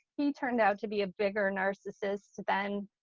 he turned out to be a bigger narcissist then